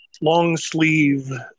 long-sleeve